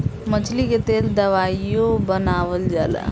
मछली के तेल दवाइयों बनावल जाला